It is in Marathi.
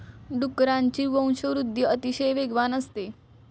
डुकरांची वंशवृद्धि अतिशय वेगवान असते